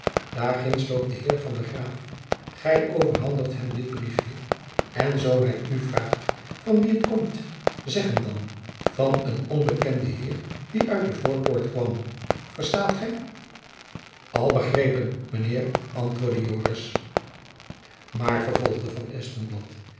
daar ginds loopt de heer van der graef gy overhandigt hem dit briefjen en zoo hy u vraagt van wien het komt zeg hem dan van een onbekenden heer die uit de voorpoort kwam verstaat gy al begreipen men heir antwoordde joris maar vervolgde van